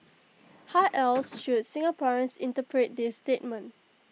how else should Singaporeans interpret this statement